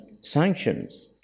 sanctions